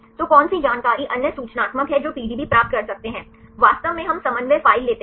तो कौन सी जानकारी अन्य सूचनात्मक हैं जो पीडीबी प्राप्त कर सकते हैं वास्तव में हम समन्वय फ़ाइल लेते हैं